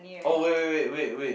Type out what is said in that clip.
oh wait wait wait wait wait